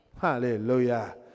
Hallelujah